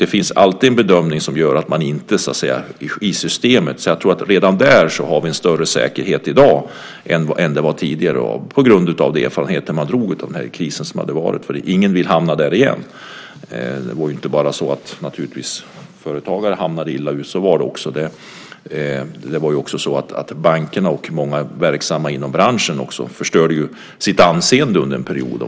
Det finns alltid en bedömning som görs i systemet, så redan där tror jag att vi har en större säkerhet i dag än tidigare på grund av erfarenheterna från den kris som varit. Ingen vill hamna där igen. Det var naturligtvis inte bara så att företagare råkade illa ut. Det gjorde de också. Men det var också så att bankerna och många verksamma inom branschen förstörde sitt anseende under en period.